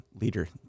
leader